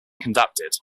conducted